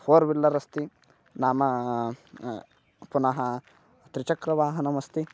four wheeler अस्ति नामा पुनः त्रिचक्रवाहनमस्ति